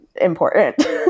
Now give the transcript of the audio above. important